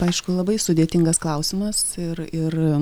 aišku labai sudėtingas klausimas ir ir